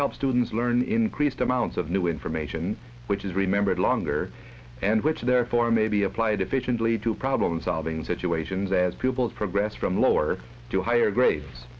help students learn increased amounts of new information which is remembered longer and which therefore may be applied efficiently to problem solving situations as pupils progress from lower to higher gra